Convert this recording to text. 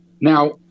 Now